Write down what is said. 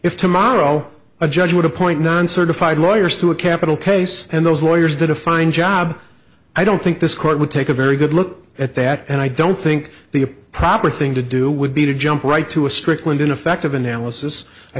if tomorrow a judge would appoint non certified lawyers to a capital case and those lawyers did a fine job i don't think this court would take a very good look at that and i don't think the proper thing to do would be to jump right to a strickland in effect of analysis i